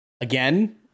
Again